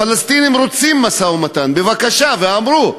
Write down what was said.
הפלסטינים רוצים משא-ומתן, בבקשה, ואמרו.